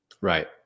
Right